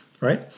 right